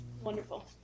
Wonderful